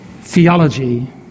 theology